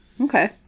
okay